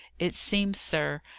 it seems, sir,